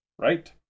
right